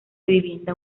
vivienda